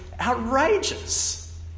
outrageous